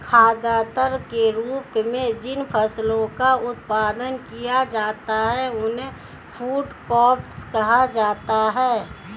खाद्यान्न के रूप में जिन फसलों का उत्पादन किया जाता है उन्हें फूड क्रॉप्स कहा जाता है